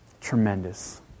tremendous